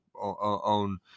own